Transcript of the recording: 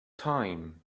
time